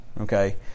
okay